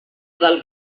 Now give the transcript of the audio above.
del